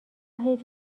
حیف